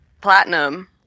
platinum